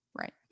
Right